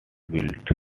wild